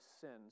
sins